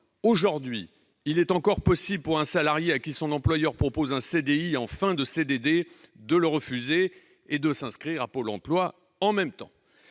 Aujourd'hui, il est possible pour un salarié à qui son employeur propose un CDI en fin de CDD de refuser et ... de s'inscrire à Pôle emploi en même temps